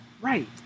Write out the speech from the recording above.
Right